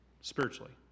spiritually